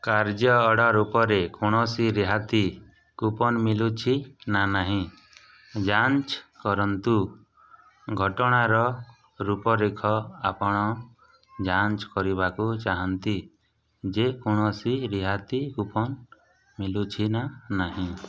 କାର୍ଯ୍ୟ ଅର୍ଡର ଉପରେ କୌଣସି ରିହାତି କୁପନ ମିଲୁଛି ନା ନାହିଁ ଯାଞ୍ଚ କରନ୍ତୁ ଘଟଣାର ରୂପରେଖ ଆପଣ ଯାଞ୍ଚ କରିବାକୁ ଚାହାନ୍ତି ଯେ କୌଣସି ରିହାତି କୁପନ ମିଲୁଛି ନା ନାହିଁ